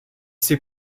ses